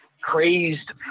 crazed